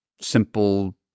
simple